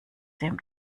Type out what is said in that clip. dem